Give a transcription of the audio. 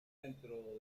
dentro